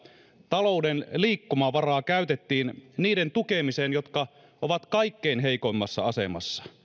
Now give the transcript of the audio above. talouden liikkumavaraa käytettiin niiden tukemiseen jotka ovat kaikkein heikoimmassa asemassa